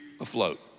afloat